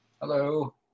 Hello